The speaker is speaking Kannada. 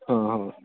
ಹಾಂ ಹಾಂ